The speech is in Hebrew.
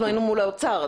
אנחנו היינו מול האוצר,